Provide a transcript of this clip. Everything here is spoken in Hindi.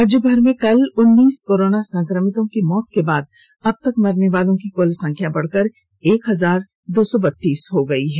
राज्य भर में कल उन्नीस कोरोना संक्रमितों की मौत के बाद अब तक मरने वालों की कुल संख्या बढ़कर एक हजार दो सौ बत्तीस पहुंच गई है